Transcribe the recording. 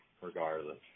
regardless